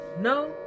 No